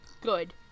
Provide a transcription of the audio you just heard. Good